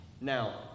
Now